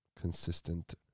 consistent